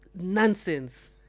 nonsense